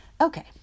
Okay